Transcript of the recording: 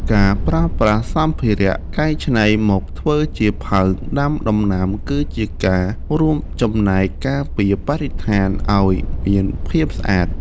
ការប្រើប្រាស់សម្ភារៈកែច្នៃមកធ្វើជាផើងដាំដំណាំគឺជាការរួមចំណែកការពារបរិស្ថានឱ្យមានភាពស្អាត។